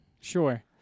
Sure